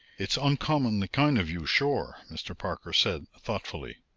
it's uncommonly kind of you, sure! mr. parker said thoughtfully.